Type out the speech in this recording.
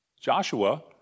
Joshua